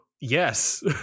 yes